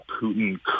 Putin